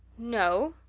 no,